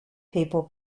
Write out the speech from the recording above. papal